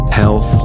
health